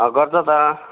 अँ गर्छ त